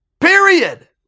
Period